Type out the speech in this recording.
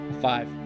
Five